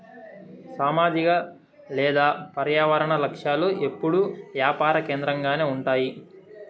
సామాజిక లేదా పర్యావరన లక్ష్యాలు ఎప్పుడూ యాపార కేంద్రకంగానే ఉంటాయి